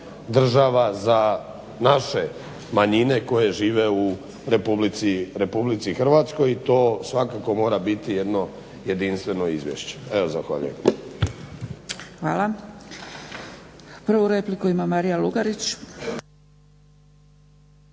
država za naše manjine koje žive u RH. To svakako mora biti jedno jedinstveno izvješće. Evo zahvaljujem. **Zgrebec, Dragica (SDP)** Hvala. Prvu repliku ima Marija Lugarić.